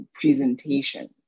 presentation